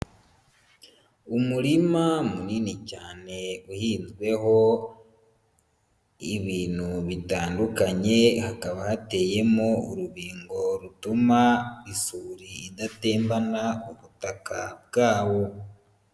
Umurima munini cyane uhinzweho ibintu bitandukanye, hakaba hateyemo urubingo rutuma isuri idatembana ubutaka bwawo.